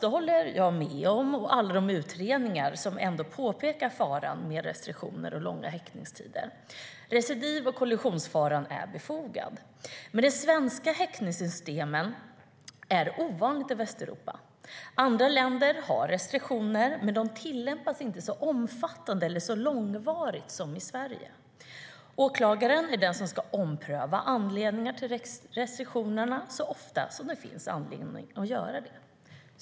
Det håller jag med om och alla de utredningar som ändå påpekar faran med restriktioner och långa häktningstider. De är befogade vid recidiv och kollusionsfara. Men det svenska häktningssystemet är ovanligt i Västeuropa. Andra länder har restriktioner, men de tillämpas inte så omfattande eller långvarigt som i Sverige. Åklagaren ska ompröva anledningarna till restriktionerna så ofta det finns anledning.